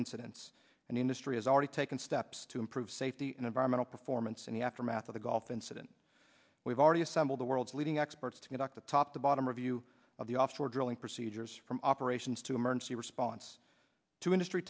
incidents and industry has already taken steps to improve safety and environmental performance in the aftermath of the gulf incident we've already assembled the world's leading experts to conduct a top to bottom review of the offshore drilling procedures from operations to emergency response to industry